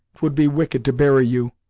twould be wicked to bury you,